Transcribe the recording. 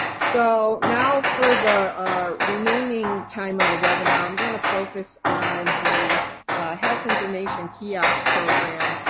so now for the ah remaining time of the webinar i'm gonna focus on the health information kiosk program,